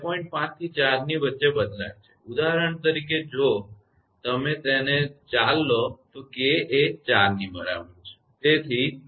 5 થી 4 ની વચ્ચે બદલાય છે ઉદાહરણ તરીકે જો તમે તેને 4 લો છો તેથી k એ 4 ની બરાબર છે